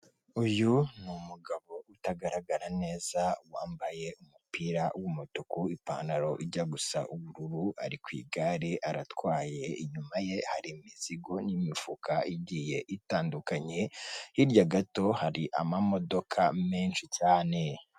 Uyu ni umugabo utagaragara neza, wambaye umupira w'umutuku, ipantaro ijya gusa ubururu, ari ku igare aratwaye, inyuma ye hari imizigo n'imifuka igiye itandukanye, hirya gato hari amamodoka menshi cyane.